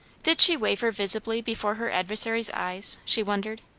did she waver visibly before her adversary's eyes, she wondered?